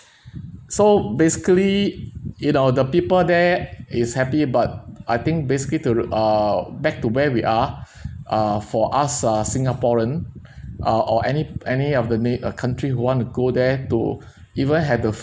so basically you know the people there is happy but I think basically to re~ uh back to where we are uh for us uh singaporean uh or any any of the na~ a country who want to go there to even have the